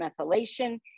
methylation